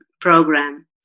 program